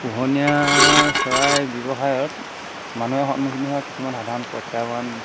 পোহনীয়া চৰাই ব্যৱসায়ত মানুহে সন্মুখীন হোৱা কিছুমান সাধাৰণ প্ৰত্যাহ্বান